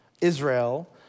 Israel